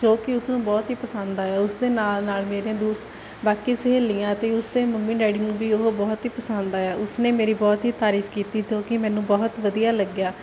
ਜੋ ਕੀ ਉਸਨੂੰ ਬਹੁਤ ਈ ਪਸੰਦ ਆਇਆ ਉਸਦੇ ਨਾਲ ਨਾਲ ਮੇਰੀਆਂ ਬਾਕੀ ਸਹੇਲੀਆਂ ਅਤੇ ਉਸਦੇ ਮੰਮੀ ਡੈਡੀ ਨੂੰ ਵੀ ਉਹ ਬਹੁਤ ਈ ਪਸੰਦ ਆਇਆ ਉਸਨੇ ਮੇਰੀ ਬਹੁਤ ਈ ਤਾਰੀਫ ਕੀਤੀ ਜੋ ਕੀ ਮੈਨੂੰ ਬਹੁਤ ਵਧੀਆ ਲੱਗਿਆ